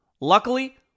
Luckily